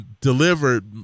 delivered